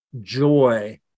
joy